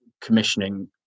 commissioning